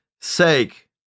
sake